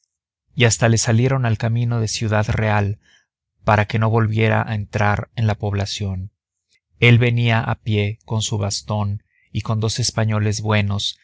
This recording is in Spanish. y hasta le salieron al camino de ciudad real para que no volviera a entrar en la población el venía a pie con su bastón y con dos españoles buenos